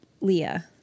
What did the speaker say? Leah